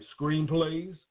screenplays